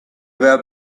were